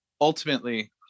ultimately